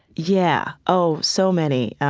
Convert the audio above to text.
yeah, oh, so many.